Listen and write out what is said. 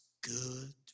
good